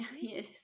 yes